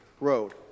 road